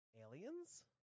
aliens